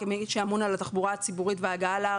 כמי שאמון על התחבורה הציבורית וההגעה להר,